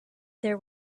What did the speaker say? there